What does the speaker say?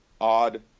odd